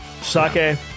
sake